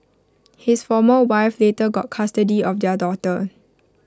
his former wife later got custody of their daughter